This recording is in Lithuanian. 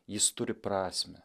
jis turi prasmę